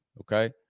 Okay